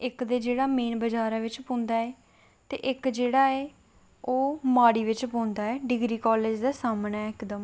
इक ते जेह्ड़ा मेन बजारै च पौंदा ऐ ते इक्क जेह्ड़ा ऐ ओह् माड़ी बिच पौंदा ऐ डिग्री कॉलेज़ दे सामनै इकदम